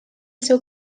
seu